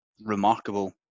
remarkable